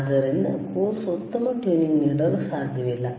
ಆದ್ದರಿಂದ ಕೋರ್ಸ್ ಉತ್ತಮ ಟ್ಯೂನಿಂಗ್ ನೀಡಲು ಸಾಧ್ಯವಿಲ್ಲ